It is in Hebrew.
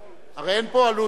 הרי אין פה עלות תקציבית.